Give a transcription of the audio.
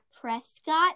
Prescott